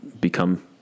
become